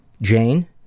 Jane